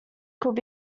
could